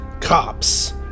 cops